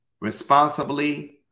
responsibly